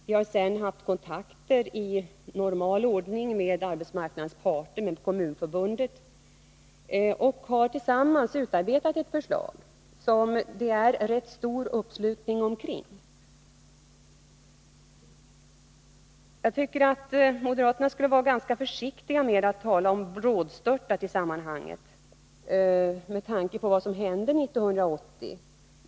Vi har sedan haft kontakter i normal ordning med arbetsmarknadens parter, och därvid också med Kommunförbundet. Tillsammans har vi utarbetat ett förslag som det är rätt stor uppslutning kring. Jag tycker att moderaterna skulle vara ganska försiktiga med att använda uttrycket ”brådstörtat” i sammanhanget — med tanke på vad som hände 1980.